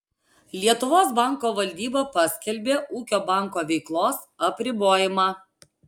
lietuvos banko valdyba paskelbė ūkio banko veiklos apribojimą